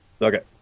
Okay